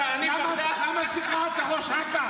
למה שחררת כראש אכ"א?